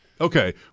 Okay